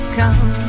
come